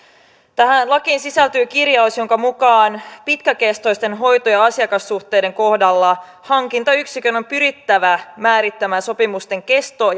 tähän lakiin sisältyy kirjaus jonka mukaan pitkäkestoisten hoito ja ja asiakassuhteiden kohdalla hankintayksikön on pyrittävä määrittämään sopimusten kesto